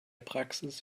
praxis